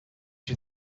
you